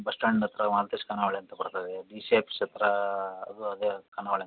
bus stand ಹತ್ರ ಮಾಲತೇಶ್ ಖಾನಾವಳಿ ಅಂತ ಬರ್ತದೆ ಡಿ ಸಿ ಆಪೀಸ್ ಹತ್ರ ಅದು ಅದೇ ಖಾನಾವಳಿ ಅಂತ ಬರ್ತದೆ